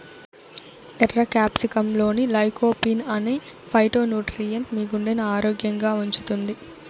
ఎర్ర క్యాప్సికమ్లోని లైకోపీన్ అనే ఫైటోన్యూట్రియెంట్ మీ గుండెను ఆరోగ్యంగా ఉంచుతుంది